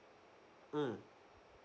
mm